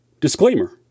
Disclaimer